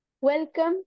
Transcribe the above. Welcome